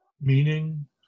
meaning